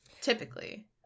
typically